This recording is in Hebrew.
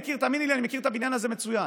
תאמיני לי, אני מכיר את הבניין הזה מצוין.